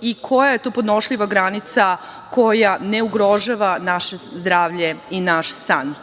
i koja je to podnošljiva granica koja ne ugrožava naše zdravlje i naš san?